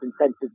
incentives